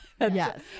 Yes